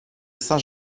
saint